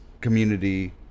community